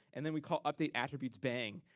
and then we call update attributes bang.